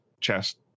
chest